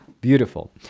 Beautiful